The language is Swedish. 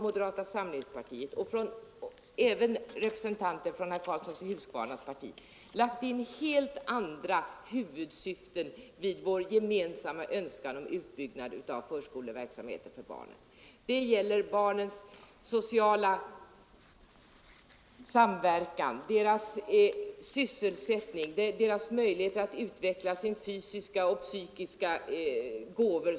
Moderata samlingspartiet — och även representanter för herr Karlssons i Huskvarna parti — har lagt in helt andra huvudsyften i vår gemensamma önskan om uppbyggnad av förskoleverksamheten för barnen. Det gäller barnens sociala samverkan, deras sysselsättning, deras möjligheter att utveckla sina fysiska och psykiska gåvor.